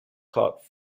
caught